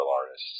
artists